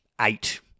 eight